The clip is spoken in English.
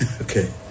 Okay